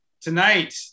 tonight